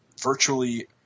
virtually